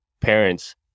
parents